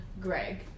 Greg